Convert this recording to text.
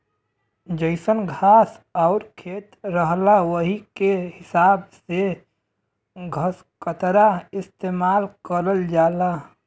जइसन घास आउर खेत रहला वही के हिसाब से घसकतरा इस्तेमाल करल जाला